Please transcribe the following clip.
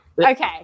Okay